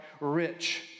rich